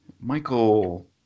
Michael